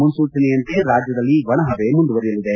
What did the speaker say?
ಮುನ್ಲೂಚನೆಯಂತೆ ರಾಜ್ಯದಲ್ಲಿ ಒಣಹವೆ ಮುಂದುವರೆಯಲಿದೆ